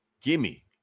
gimme